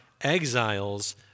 exiles